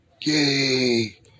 Yay